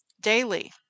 daily